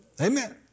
Amen